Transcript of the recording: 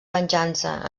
venjança